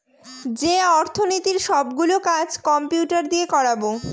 যে অর্থনীতির সব গুলো কাজ কম্পিউটার দিয়ে করাবো